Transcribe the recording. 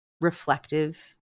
reflective